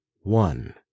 one